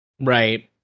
right